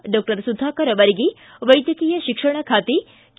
doctor Sudhakar ಅವರಿಗೆ ವೈದ್ಯಕೀಯ ಶಿಕ್ಷಣ ಖಾತೆ ಕೆ